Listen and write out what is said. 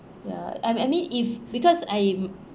ya I I mean if because I